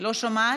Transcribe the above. לא שומעת.